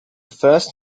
first